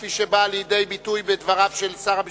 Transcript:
כפי שבאה לידי ביטוי בדבריו של שר המשפטים?